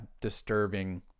disturbing